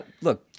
look